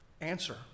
answer